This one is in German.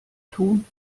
tun